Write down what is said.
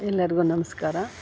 ಎಲ್ಲರಿಗು ನಮಸ್ಕಾರ